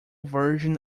version